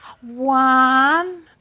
One